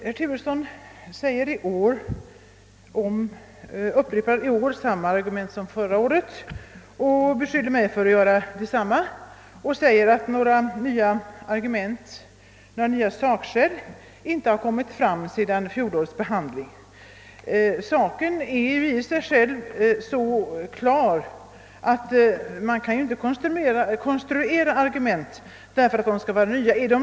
Herr talman! Herr Turesson upprepar argumenten från förra året och beskyller mig för att göra detsamma. Herr Turesson säger att några nya sakskäl inte har framkommit sedan vi i fjol behandlade frågan. Ja, saken är i sig själv så klar, att det inte går att konstruera argument bara för att skapa nya sådana.